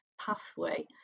pathway